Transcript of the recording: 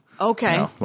Okay